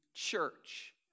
Church